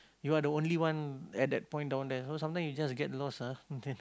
you are the only one at that point down there so sometime you just get lost ah